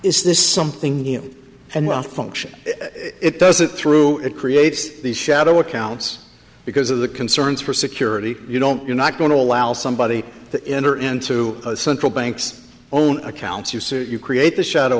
is this something new and well function it does it through it creates the shadow accounts because of the concerns for security you don't you're not going to allow somebody to enter into central banks own accounts use it you create the shadow